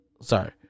sorry